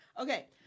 Okay